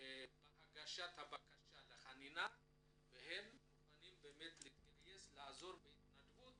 בקשיים בהגשת בקשה לחנינה והם מוכנים להתגייס ולעזור בהתנדבות